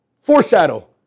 foreshadow